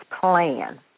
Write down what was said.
plan